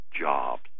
jobs